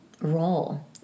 role